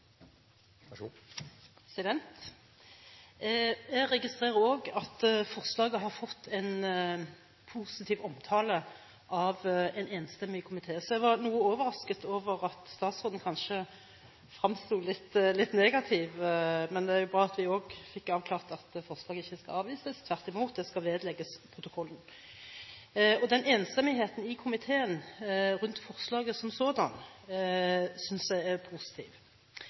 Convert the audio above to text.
var noe overrasket over at statsråden kanskje fremsto litt negativ. Men det er bra at vi også fikk avklart at forslaget ikke skal avvises, tvert imot, det skal vedlegges protokollen. Enstemmigheten i komiteen om forslaget som sådant synes jeg er positiv.